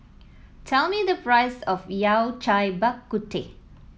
tell me the price of Yao Cai Bak Kut Teh